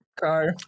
car